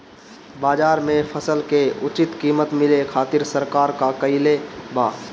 बाजार में फसल के उचित कीमत मिले खातिर सरकार का कईले बाऽ?